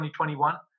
2021